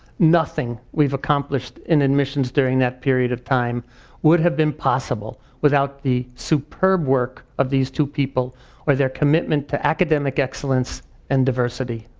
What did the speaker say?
nothing we've accomplished in admissions during that period of time would have been possible without the superb work of these two people or their commitment to academic excellence and diversity.